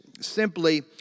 simply